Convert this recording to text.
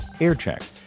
aircheck